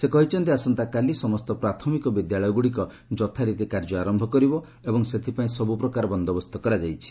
ସେ କହିଛନ୍ତି ଆସନ୍ତାକାଲି ସମସ୍ତ ପ୍ରାଥମିକ ବିଦ୍ୟାଳୟଗୁଡ଼ିକ ଯଥାରୀତି କାର୍ଯ୍ୟ ଆରମ୍ଭ କରିବ ଏବଂ ସେଥିପାଇଁ ସବୁ ପ୍ରକାର ବନ୍ଦୋବସ୍ତ କରାଯାଇଛି